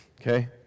okay